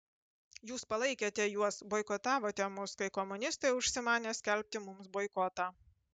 jūs palaikėte juos boikotavote mus kai komunistai užsimanė skelbti mums boikotą